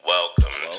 Welcome